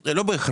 זה לא בהכרח.